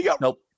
Nope